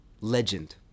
legend